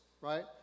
right